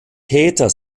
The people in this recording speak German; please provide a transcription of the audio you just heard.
täter